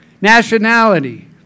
nationality